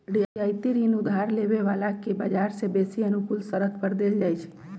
रियायती ऋण उधार लेबे बला के बजार से बेशी अनुकूल शरत पर देल जाइ छइ